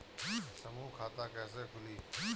समूह खाता कैसे खुली?